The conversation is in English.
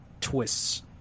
twists